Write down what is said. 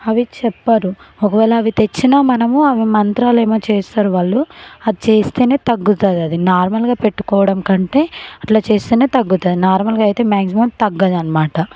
అవి చెప్పరు ఒకవేళ అవి తెచ్చినా మనము అవి మంత్రాలేమో చేస్తారు వాళ్ళు అది చేస్తేనే తగ్గుతుంది అది నార్మల్గా పెట్టుకోవడం కంటే అట్లా చేస్తేనే తగ్గుతుంది నార్మల్గా అయితే మాగ్జిమమ్ తగ్గదన్నమాట